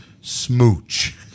smooch